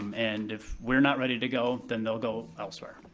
um and if we're not ready to go, then they'll go elsewhere.